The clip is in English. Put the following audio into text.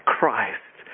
Christ